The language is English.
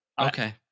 Okay